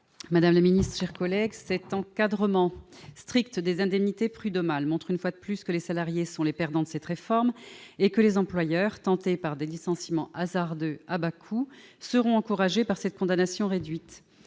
Madame la Ministre, cirque collègues cet encadrement strict des indemnités prud'homales montre une fois de plus que les salariés sont les perdants de cette réforme et que les employeurs tentés par des licenciements hasardeux à bas Bakou seront encouragés par cette condamnation réduite,